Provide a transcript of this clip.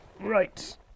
Right